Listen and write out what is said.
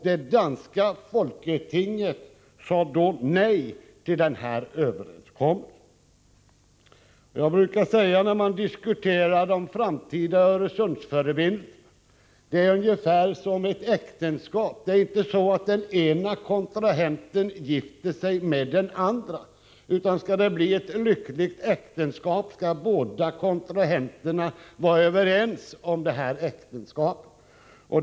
Det danska folketinget sade nej till överenskommelsen. När vi diskuterar de framtida Öresundsförbindelserna brukar jag säga att det är ungefär som i ett äktenskap. Det är inte så, att bara den ena kontrahenten gifter sig med den andra. Skall det bli ett lyckligt äktenskap måste båda kontrahenterna vara överens om äktenskapet.